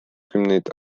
kümneid